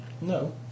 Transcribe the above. No